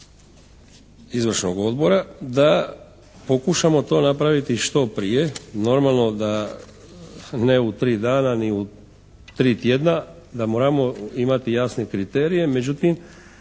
izvršnog odbora, da pokušamo to napraviti što prije, normalno da ne u tri dana i u tri tjedna, da moramo imati jasne kriterije. Međutim